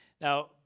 Now